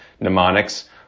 mnemonics